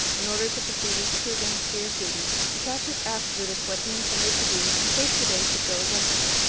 in order to proceed each to his own sphere of duty, cassius asked brutus what he intended to do in case the day should go against them.